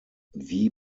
wie